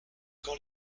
quand